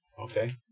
okay